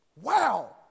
Wow